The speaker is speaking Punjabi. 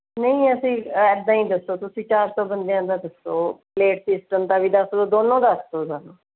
ਨਹੀਂ ਅਸੀਂ ਇੱਦਾਂ ਹੀ ਦੱਸੋ ਤੁਸੀਂ ਚਾਰ ਸੌ ਬੰਦਿਆਂ ਦਾ ਦੱਸੋ ਪਲੇਟ ਸਿਸਟਮ ਦਾ ਵੀ ਦੱਸ ਦਿਉ ਦੋਨੋਂ ਦੱਸ ਦਿਉ ਸਾਨੂੰ